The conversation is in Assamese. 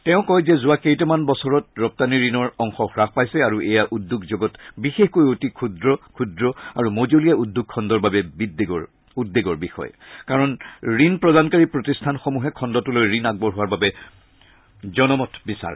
তেওঁ কয় যে যোৱা কেইটামান বছৰত ৰপ্তানি ঋণৰ অংশ হ্ৰাস পাইছে আৰু এয়া উদ্যোগ জগত বিশেষকৈ অতি ক্ষুদ্ৰ ক্ষুদ্ৰ আৰু মজলীয়া উদ্যোগ খণ্ডৰ বাবে উদ্বেগৰ বিষয় কাৰণ ঋণ প্ৰদানকাৰী প্ৰতিষ্ঠানসমূহে খণ্ডটোলৈ ঋণ আগবঢ়োৱাৰ বাবে জমানত বিচাৰে